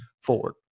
forward